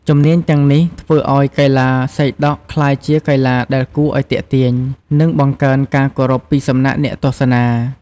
ជំនាញទាំងនេះ ធ្វើឲ្យកីឡាសីដក់ក្លាយជាកីឡាដែលគួរឲ្យទាក់ទាញ និងបង្កើនការគាំទ្រពីសំណាក់អ្នកទស្សនា។